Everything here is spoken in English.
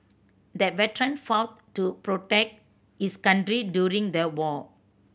the veteran fought to protect his country during the war